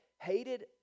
hated